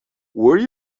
were